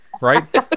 Right